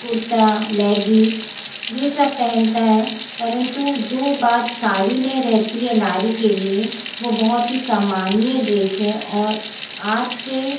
कुर्ता लहंगी ये सब पहनता है परंतु जो बात साड़ी में रहती है नारी के लिए वो बहुत ही सम्मानीय ड्रेस हैं और आज से